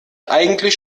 eigentlich